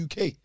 UK